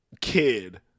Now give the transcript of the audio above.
kid